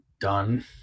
done